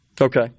Okay